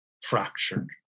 fractured